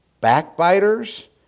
backbiters